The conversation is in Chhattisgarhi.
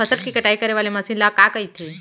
फसल की कटाई करे वाले मशीन ल का कइथे?